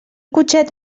cotxet